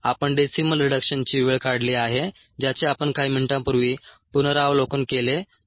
आपण डेसिमल रिडक्शनची वेळ काढली आहे ज्याचे आपण काही मिनिटांपूर्वी पुनरावलोकन केले 2